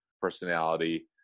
personality